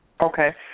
Okay